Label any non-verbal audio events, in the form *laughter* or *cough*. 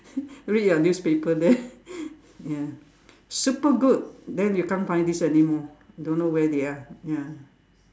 read your newspaper there *laughs* ya super good then you can't find this anymore don't know where they are ya